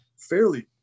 fairly